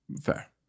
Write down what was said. Fair